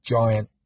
giant